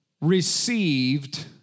received